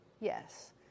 Yes